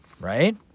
Right